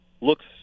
looks